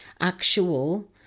actual